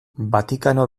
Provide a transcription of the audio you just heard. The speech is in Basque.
vatikano